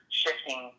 shifting